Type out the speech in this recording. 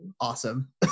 awesome